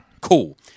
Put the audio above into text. Cool